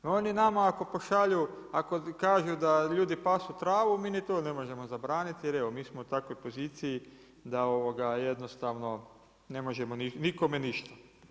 Oni nama ako pošalju, ako kažu da ljudi pasu travu mi ni to ne možemo zabraniti, jer evo mi smo u takvoj poziciji da jednostavno ne možemo nikome ništa.